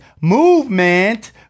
movement